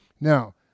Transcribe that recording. now